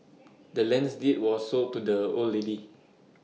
the land's deed was sold to the old lady